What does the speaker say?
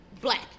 black